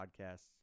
podcasts